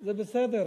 זה בסדר.